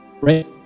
right